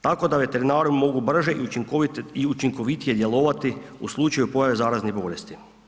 Tako da veterinari mogu brže i učinkovitije djelovati u slučaju pojave zaraznih bolesti.